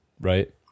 right